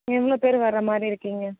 எவ்வளோ பேர் வரமாதிரி இருக்கீங்க